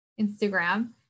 Instagram